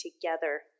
together